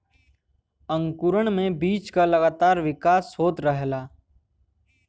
अंकुरण में बीज क लगातार विकास होत रहला